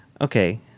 Okay